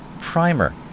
Primer